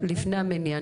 לפני המניעה,